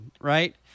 right